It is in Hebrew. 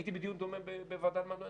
הייתי בדיון דומה בוועדה לקידום מעמד